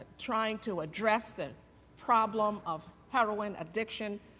ah trying to address this problem of heroin addiction,